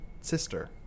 sister